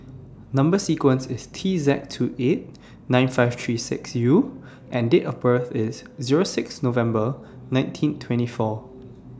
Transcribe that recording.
Number sequences IS T Z two eight nine five three six U and Date of birth IS Zero six November nineteen twenty four